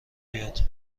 بیاد